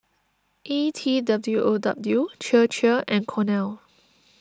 E T W O W Chir Chir and Cornell